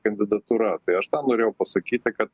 kandidatūra tai aš norėjau pasakyti kad